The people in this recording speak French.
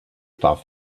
par